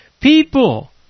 People